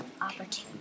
opportunity